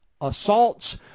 assaults